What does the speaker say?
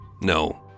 no